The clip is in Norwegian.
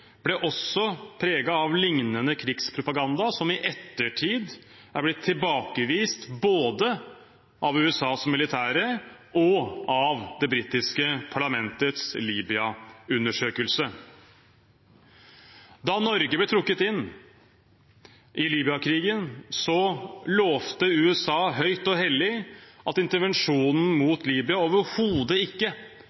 ble også preget av lignende krigspropaganda, som i ettertid er blitt tilbakevist både av USAs militære og av det britiske parlamentets Libya-undersøkelse. Da Norge ble trukket inn i Libya-krigen, lovte USA høyt og hellig at intervensjonen